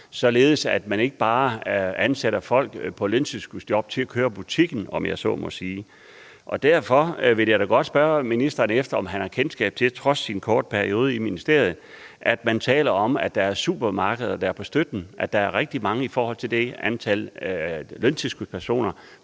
således at man ikke bare ansætter folk i løntilskudsjob til at køre butikken, om jeg så må sige. Derfor vil jeg da godt spørge ministeren, om han til trods for sin korte periode i ministeriet har kendskab til, at man taler om, at der er supermarkeder, der er på støtten, altså at der er rigtig mange af dem i forhold til antallet af løntilskudspersoner.